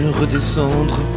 redescendre